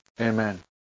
Amen